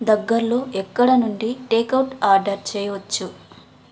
దగ్గరలో ఎక్కడ నుండి టేకౌట్ ఆర్డర్ చేయవచ్చు